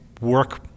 work